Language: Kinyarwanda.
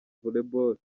volleyball